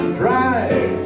drive